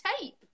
tape